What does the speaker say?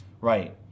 Right